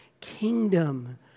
kingdom